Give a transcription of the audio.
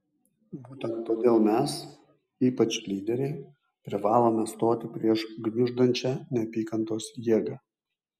būtent todėl mes ypač lyderiai privalome stoti prieš gniuždančią neapykantos jėgą